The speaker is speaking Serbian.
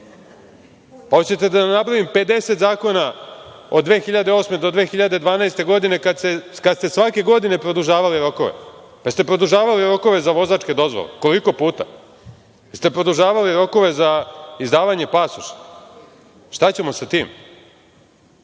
pa hoćete da vam nabrojim 50 zakona od 2008. do 2012. godine, kada ste svake godine produžavali rokove? Pa jel ste produžavali rokove za vozačke dozvole, koliko puta? Jel ste produžavali rokove za izdavanje pasoša? Šta ćemo sa tim?I